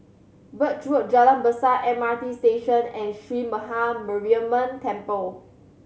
Birch Road Jalan Besar M R T Station and Sree Maha Mariamman Temple